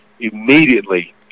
immediately